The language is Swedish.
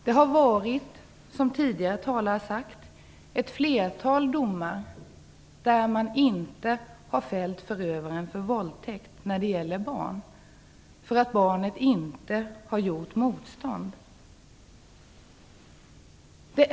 Det har, som tidigare talare sagt, avkunnats ett flertal domar som inneburit att en förövare inte fällts för våldtäkt mot barn, därför att barnet inte har gjort motstånd.